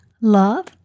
love